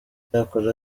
icyakora